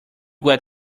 wet